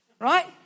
right